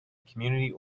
community